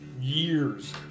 years